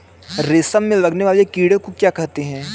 रेशम में लगने वाले कीड़े को क्या कहते हैं?